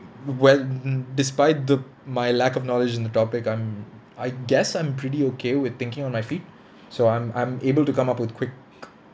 well d~ d~ despite the my lack of knowledge in the topic I'm I guess I'm pretty okay with thinking on my feet so I'm I'm able to come up with quick